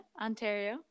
Ontario